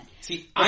See